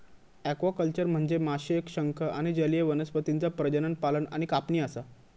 aquaculture म्हनजे माशे, शंख आणि जलीय वनस्पतींचा प्रजनन, पालन आणि कापणी असा